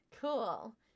cool